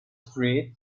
street